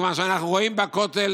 מכיוון שאנחנו רואים בכותל